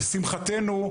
לשמחתנו,